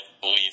believe